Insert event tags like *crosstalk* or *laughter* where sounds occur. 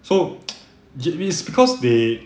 so *noise* gym is because they